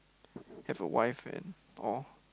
have a wife and all